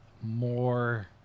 More